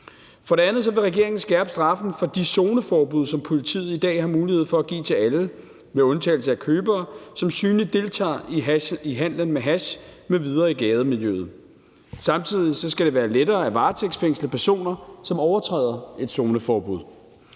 For det andet vil regeringen skærpe straffen for at overtræde de zoneforbud, som politiet i dag har mulighed for at give til alle, med undtagelse af købere, som synligt deltager i handelen med hash m.v. i gademiljøet. Samtidig skal det være lettere at varetægtsfængsle personer, som overtræder et zoneforbud.